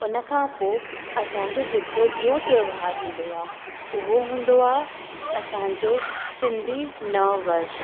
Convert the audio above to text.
उन खां पोइ असांजो जेको ॿियों त्योहारु हूंदो आहे उहो हूंदो आहे असांजो सिंधी नव वर्ष